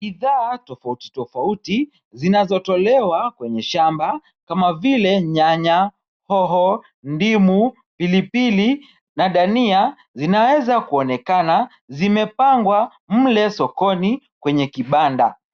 Bidhaa tofautitofauti zinazotolewa kwenye shamba, kama vile nyanya, hoho, ndimu, pilipili na dania, zinaweza kuonekana zimepangwa mle sokoni kwenye kibanda.